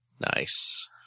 Nice